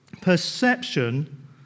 perception